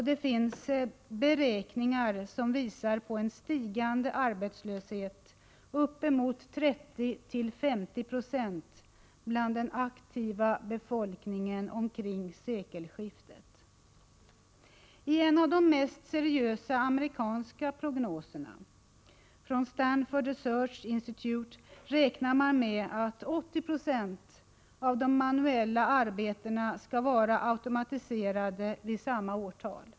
Det finns beräkningar som visar på en stigande arbetslöshet uppemot 30-50 20 bland den aktiva befolkningen omkring sekelskiftet. I en av de mest seriösa amerikanska prognoserna, från Stanford Research Institute, räknar man med att 80 26 av de manuella arbetena skall vara automatiserade vid samma årtal.